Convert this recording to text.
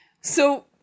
So-